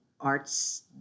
arts